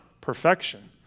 perfection